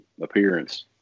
appearance